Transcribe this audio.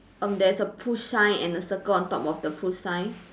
um there's a push sign and a circle on top of the push sign